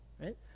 right